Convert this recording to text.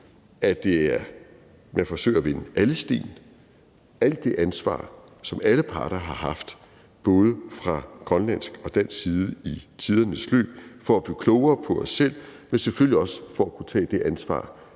så man forsøger at vende alle sten, hvad angår alt det ansvar, som alle parter har haft fra både grønlandsk og dansk side i tidernes løb, for at blive klogere på os selv, men selvfølgelig også for at kunne tage det ansvar,